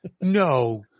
No